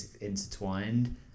intertwined